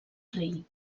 rei